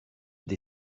des